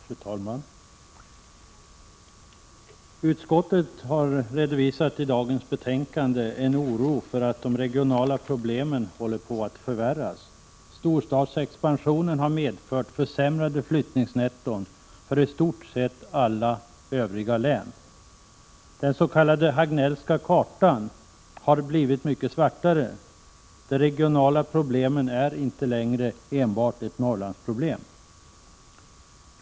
Fru talman! Utskottet redovisar i dagens betänkande en oro för att de regionala problemen håller på att förvärras. Storstadsexpansionen har medfört försämrade flyttningsnetton för i stort sett alla övriga län. Den s.k. Hagnellska kartan har blivit mycket svartare. De regionala problemen är inte enbart Norrlandsproblem.